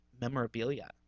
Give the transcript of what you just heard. memorabilia